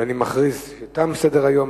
ואני מכריז שתם סדר-היום.